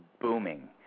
booming